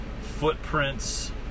footprints